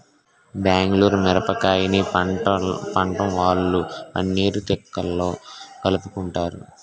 బెంగుళూరు మిరపకాయని పట్నంవొళ్ళు పన్నీర్ తిక్కాలో కలుపుకుంటారు